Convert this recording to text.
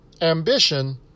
Ambition